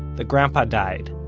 the grandpa died,